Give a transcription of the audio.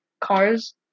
cars